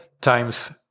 times